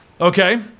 okay